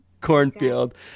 Cornfield